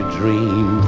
dream